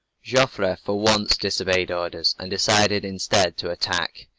joffre for once disobeyed orders, and decided, instead, to attack.